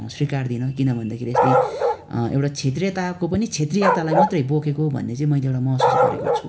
स्विकार्दिनँ किन भन्दाखेरि यसले एउटा क्षेत्रीयताको पनि क्षेत्रीयतालाई मात्रै बोकेको भन्ने चाहिँ मैले एउटा महसुस गरेको छु